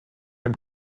dem